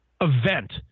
event